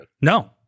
No